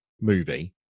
movie